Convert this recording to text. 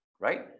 right